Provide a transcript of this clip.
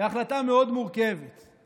היא החלטה מורכבת מאוד.